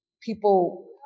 people